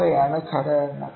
അവയാണ് ഘടകങ്ങൾ